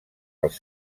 als